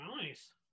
Nice